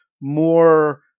more